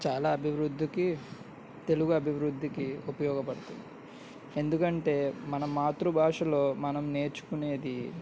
చాలా అభివృద్ధికి తెలుగు అభివృద్ధికి ఉపయోగపడుతుంది ఎందుకంటే మనం మాతృభాషలో మనం నేర్చుకునేది